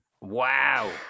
Wow